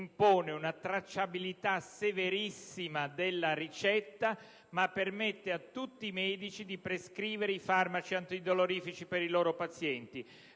impone una tracciabilità severissima della ricetta, ma permette a tutti i medici di prescrivere farmaci antidolorifici ai propri pazienti.